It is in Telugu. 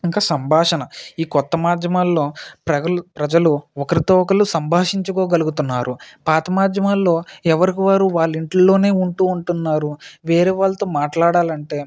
ఇంక సంభాషణ ఈ కొత్త మాధ్యమాలలో ప్రగలు ప్రజలు ఒకరితో ఒకరు సంభాషించుకోగలుగుతున్నారు పాత మాధ్యమాలలో ఎవరికి వారు వాళ్ళ ఇంట్లో ఉంటు ఉంటున్నారు వేరే వాళ్ళతో మాట్లాడాలి అంటే